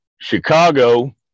Chicago